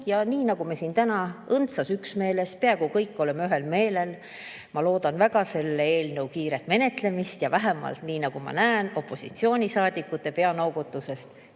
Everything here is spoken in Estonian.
Ja nii me siin täna õndsas üksmeeles – peaaegu kõik oleme ühel meelel – loodame väga selle eelnõu kiiret menetlemist ja nagu ma näen vähemalt opositsioonisaadikute peanoogutusest,